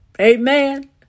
Amen